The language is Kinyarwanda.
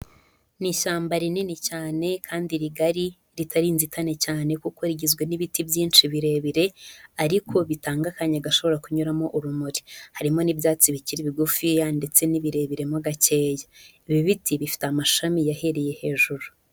Ni ishyamba rinini cyane kandi rigari, ritari inzitane cyane kuko rigizwe n'ibiti byinshi birebire, ariko bitanga akanya gashobora kunyuramo urumuri, harimo n'ibyatsi bikiri bigufiya ndetse n'ibirebire mo gakeya, ibi biti bifite amashami yahereye hejuru.